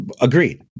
agreed